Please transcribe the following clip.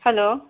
hello